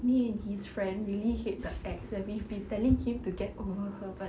me and his friend really hate the ex like we've been telling him to get over her but